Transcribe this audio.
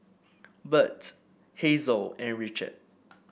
Bert Hazel and Richard